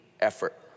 effort